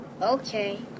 Okay